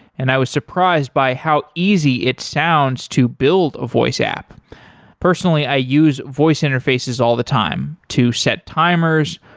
and i was surprised by how easy it sounds to build a voice app personally, i use voice interfaces all the time to set timers,